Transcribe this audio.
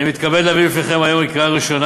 אני מתכבד להביא בפניכם היום לקריאה ראשונה